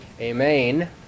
amen